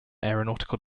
aeronautical